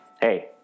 hey